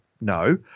No